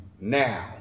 now